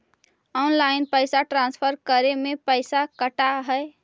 Online पैसा transfer करे में पैसा कटा है?